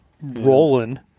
rolling